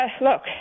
Look